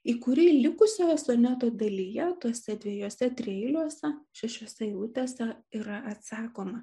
į kurį likusioje soneto dalyje tuose dviejuose trieiliuose šešiose eilutėse yra atsakoma